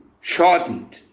shortened